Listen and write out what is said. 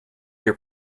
your